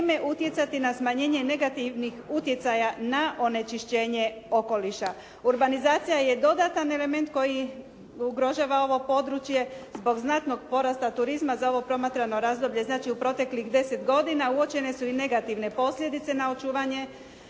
utjecati na smanjenje negativnih utjecaja na onečišćenje okoliša. Urbanizacija je dodatan element koji ugrožava ovo područje zbog znatnog porasta turizma za ovo promatrano razdoblje. Znači u proteklih 10 godina uočene su i negativne posljedice na očuvanje